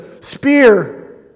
spear